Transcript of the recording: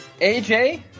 AJ